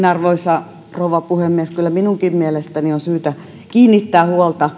arvoisa rouva puhemies kyllä minunkin mielestäni on syytä kiinnittää